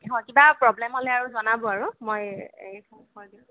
হয় কিবা প্ৰৱ্লেম হ'লে আৰু জনাব আৰু মই